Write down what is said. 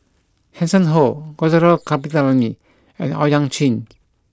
Hanson Ho Gaurav Kripalani and Owyang Chi